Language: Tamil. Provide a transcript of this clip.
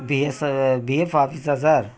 பிஎஸ்ஸு பிஎஃப் ஆஃபீஸா சார்